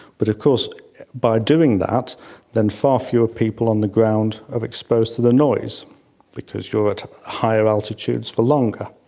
but of course by doing that then far fewer people on the ground are exposed to the noise because you are at higher altitudes for longer.